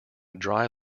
dry